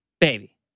baby